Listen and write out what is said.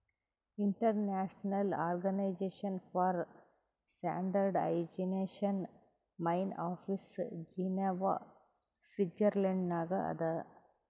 international organization for standardization main office Geneva Switzerland ನಾಗ್ ಅದಾ